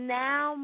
now